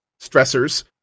stressors